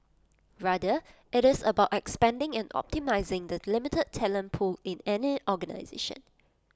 rather IT is about expanding and optimising the limited talent pool in any organisation